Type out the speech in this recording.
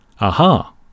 Aha